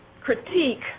critique